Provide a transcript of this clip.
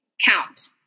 count